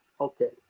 Okay